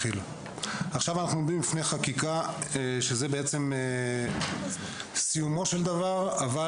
עכשיו אנחנו עומדים בפני חקיקה שהיא אמנם סיומו של דבר אבל